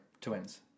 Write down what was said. twins